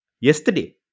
yesterday